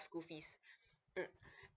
school fees mm